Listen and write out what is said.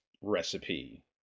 recipe